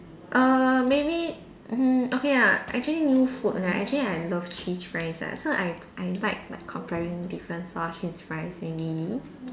err maybe mm okay ah actually new food right actually I love cheese fries ah so I I invite like comparing different sauce cheese fries